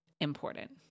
important